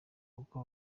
kuko